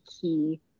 key